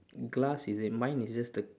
glass is it mine is just the